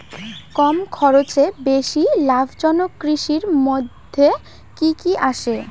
কম খরচে বেশি লাভজনক কৃষির মইধ্যে কি কি আসে?